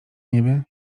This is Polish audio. niebie